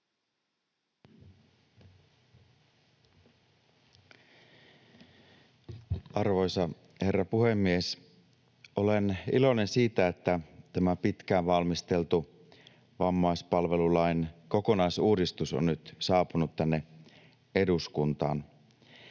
Arvoisa herra puhemies! Olen iloinen siitä, että tämä pitkään valmisteltu vammaispalvelulain kokonaisuudistus on nyt saapunut tänne eduskuntaan.